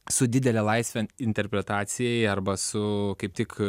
su didele laisve interpretacijai arba su kaip tik